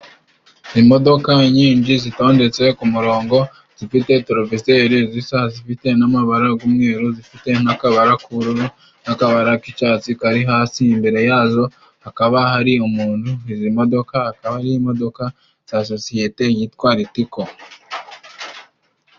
Ni imodoka nyinshi zitondetse ku murongo zifite torovizere zisa, zifite n'amabara y'umweru, zifite n'akabara k'ubururu n'akabara k'icyatsi kari hasi. Imbere yazo, hakaba hari umuntu. Izi modoka akaba ari imodoka za sosiyete yitwa Ritiko.